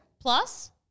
Plus